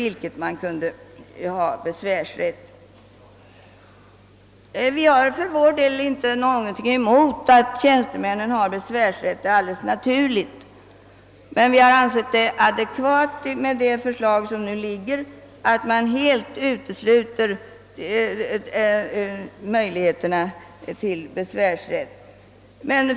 För vår del har vi inte någonting emot att tjänstemännen äger besvärsrätt, det är alldeles naturligt, men med tanke på det föreliggande förslaget har vi ansett det adekvat att helt utesluta möjligheterna till besvärsrätt.